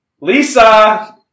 Lisa